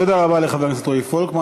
תודה רבה לחבר הכנסת רועי פולקמן.